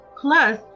Plus